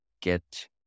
get